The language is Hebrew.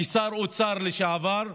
כשר אוצר לשעבר,